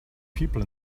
people